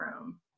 room